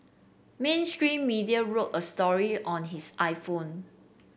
mainstream media wrote a story on his iPhone